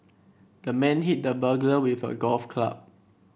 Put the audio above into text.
the man hit the burglar with a golf club